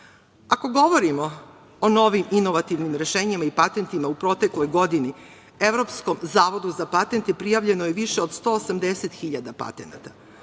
govorimo o novim inovativnim rešenjima i patentima u protekloj godini, Evropskom zavodu za patente prijavljeno je više od 180.000 patenata.